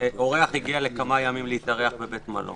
הגיע לכמה ימים להתארח בבית מלון.